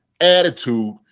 attitude